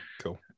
Cool